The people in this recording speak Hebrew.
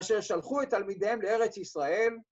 כאשר שלחו את תלמידיהם לארץ ישראל.